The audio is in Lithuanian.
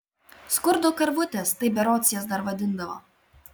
skurdo karvutės taip berods jas dar vadindavo